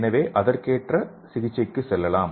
எனவே அதற்கேற்ப சிகிச்சைக்கு செல்லலாம்